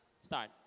Start